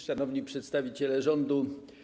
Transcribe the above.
Szanowni Przedstawiciele Rządu!